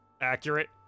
accurate